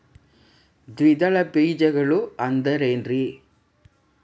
ದ್ವಿದಳ ಬೇಜಗಳು ಅಂದರೇನ್ರಿ?